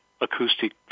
Acoustic